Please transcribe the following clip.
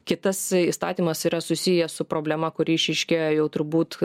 kitas įstatymas yra susijęs su problema kuri išryškėjo jau turbūt